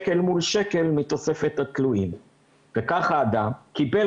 הזכאות לתוספת תלויים ואותו נכה קיבל